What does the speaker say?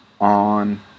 on